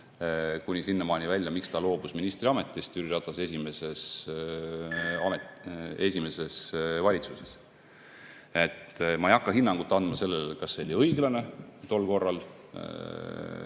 kuni sinnamaani välja, miks ta loobus ministriametist Jüri Ratase esimeses valitsuses. Ma ei hakka hinnangut andma sellele, kas see oli õiglane tol korral,